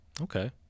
Okay